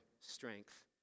strength